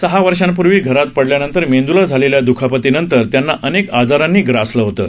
सहा वर्षांपूर्वी घरात पडल्यानंतर मेंदूला झालेल्या दुखापतींनंतर त्यांना अनेक आजारांनी ग्रासलं होतं